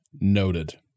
Noted